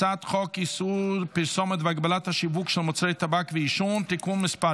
הצעת חוק איסור פרסומת והגבלת השיווק של מוצרי טבק ועישון (תיקון מס'